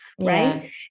Right